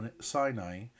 Sinai